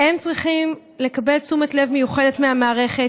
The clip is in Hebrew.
הם צריכים לקבל תשומת לב מיוחדת מהמערכת,